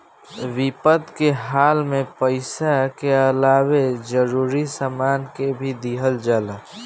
विपद के हाल में पइसा के अलावे जरूरी सामान के भी दिहल जाला